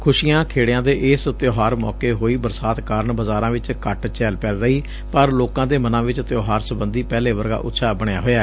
ਖੁਸ਼ੀਆਂ ਖੇੜਿਆਂ ਦੇ ਇਸ ਤਿਉਹਾਰ ਮੌਕੇ ਹੋਈ ਬਰਸਾਤ ਕਾਰਨ ਬਾਜ਼ਰਾਂ ਚ ਘੱਟ ਚਹਿਲ ਪਹਿਲ ਰਹੀ ਪਰ ਲੋਕਾਂ ਦੇ ਮਨਾਂ ਵਿਚ ਤਿਉਹਾਰ ਸਬੰਧੀ ਪਹਿਲੇ ਵਰਗਾ ਉਤਸ਼ਾਹ ਬਣਿਆ ਹੋਇਐ